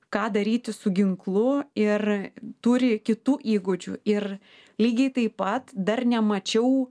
ką daryti su ginklu ir turi kitų įgūdžių ir lygiai taip pat dar nemačiau